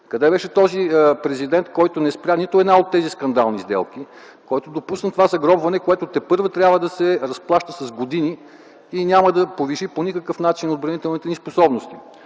Къде беше този президент, който не спря нито една от тези скандални сделки, който допусна това загробване, което тепърва трябва да се разплаща с години и няма да повиши по никакъв начин отбранителните ни способности?